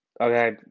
Okay